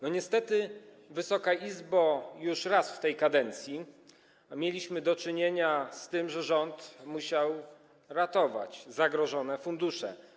Niestety, Wysoka Izbo, już raz w tej kadencji mieliśmy do czynienia z tym, że rząd musiał ratować zagrożone fundusze.